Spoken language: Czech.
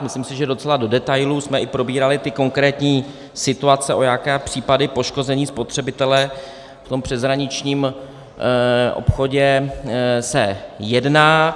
Myslím si, že docela do detailů jsme i probírali ty konkrétní situace, o jaké případy poškození spotřebitele v tom přeshraničním obchodu se jedná.